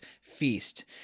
feast